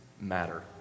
matter